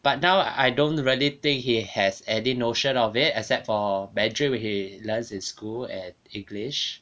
but now like I don't really think he has any notion of it except for mandarin which he learned in school and english